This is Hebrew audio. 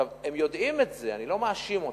הם יודעים את זה, אני לא מאשים אותם.